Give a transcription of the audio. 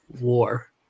war